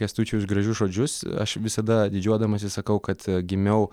kęstučiui už gražius žodžius aš visada didžiuodamasis sakau kad gimiau